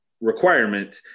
requirement